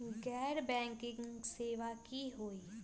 गैर बैंकिंग सेवा की होई?